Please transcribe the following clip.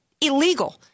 illegal